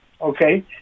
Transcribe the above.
Okay